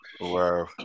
Wow